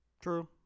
True